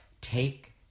take